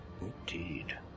Indeed